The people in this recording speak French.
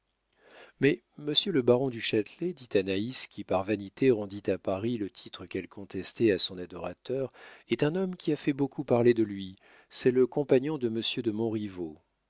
mais monsieur le baron du châtelet dit anaïs qui par vanité rendit à paris le titre qu'elle contestait à son adorateur est un homme qui a fait beaucoup parler de lui c'est le compagnon de monsieur de